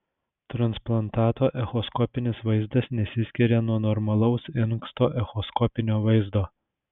transplantato echoskopinis vaizdas nesiskiria nuo normalaus inksto echoskopinio vaizdo